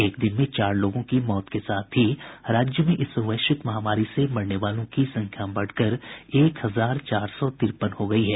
एक दिन में चार लोगों की मौत के साथ ही राज्य में इस वैश्विक महामारी से मरने वालों की संख्या बढ़कर एक हजार चार सौ तिरपन हो गई है